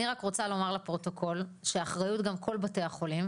אני רק רוצה לומר לפרוטוקול: לכל בתי החולים,